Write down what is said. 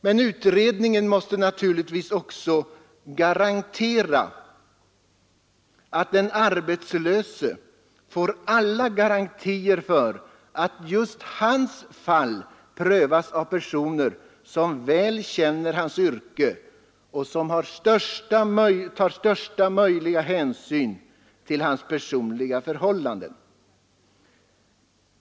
Men utredningen måste givetvis också se till, att den arbetslöse får alla garantier för att just hans fall prövas av personer som väl känner hans yrke och som tar största möjliga hänsyn till hans personliga förhållanden.